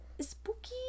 Spooky